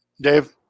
Dave